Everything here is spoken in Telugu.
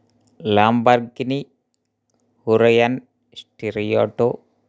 Lamborghini Huracan Sterrato